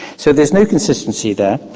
so there's no consistency there.